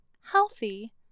healthy